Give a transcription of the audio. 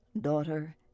daughter